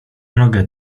nogę